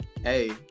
hey